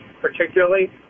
particularly